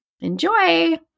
Enjoy